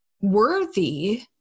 worthy